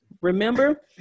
Remember